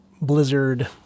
blizzard